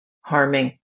harming